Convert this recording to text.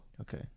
Okay